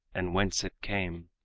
and whence it came.